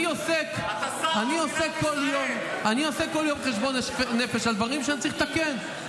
אני עושה כל יום חשבון נפש על דברים שאני צריך לתקן.